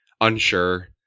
unsure